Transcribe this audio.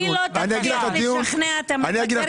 היא לא תצליח לשכנע את המבקר, כי היא בעצמה לא.